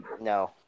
No